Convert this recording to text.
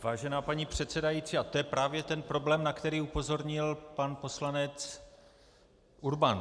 Vážená paní předsedající, a to je právě ten problém, na který upozornil pan poslanec Urban.